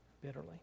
bitterly